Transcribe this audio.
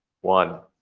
one